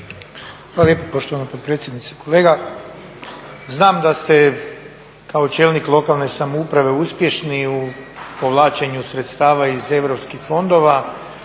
Hvala lijepo poštovana potpredsjednice. Kolega, znam da ste kao čelnik lokalne samouprave uspješni u povlačenju sredstava iz europskih fondova